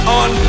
on